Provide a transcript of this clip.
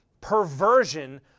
perversion